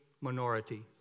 minority